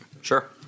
Sure